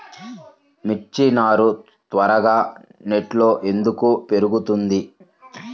మిర్చి నారు త్వరగా నెట్లో ఎందుకు పెరుగుతుంది?